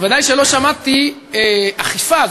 ודאי שלא שמעתי אכיפה,